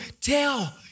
tell